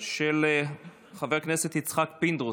של חבר הכנסת יצחק פינדרוס.